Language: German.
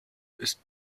ist